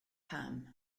pam